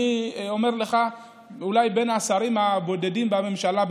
אני אומר לך שאני אולי בין השרים הבודדים בממשלה,